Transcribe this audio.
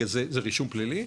זה רישום פלילי?